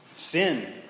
Sin